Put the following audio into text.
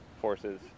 forces